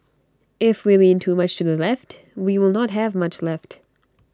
if we lean too much to the left we will not have much left